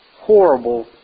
horrible